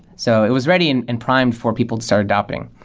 so it was ready and and primed for people to start adopting